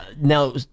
Now